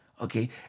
okay